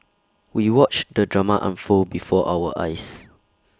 we watched the drama unfold before our eyes